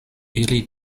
ili